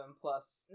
plus